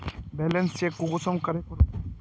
Balance check कुंसम करे करूम?